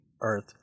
earth